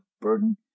burden